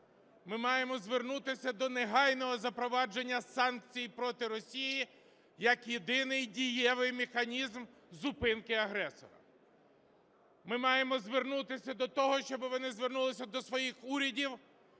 ми маємо звернутися до негайного запровадження санкцій проти Росії як єдиний дієвий механізм зупинки агресора. Ми маємо звернутися до того, щоби вони звернулися до своїх урядів